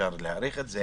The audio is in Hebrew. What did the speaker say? ואפשר להאריך אותה